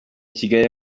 kigali